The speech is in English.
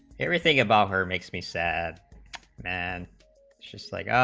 anything about her makes me sad and just like